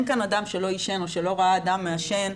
כאן אדם שלא עישן או שלא ראה אדם מעשן,